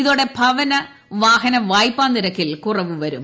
ഇതോടെ ഭവന വാഹന വായ്പാ നിരക്കിൽ കുറവ് വരും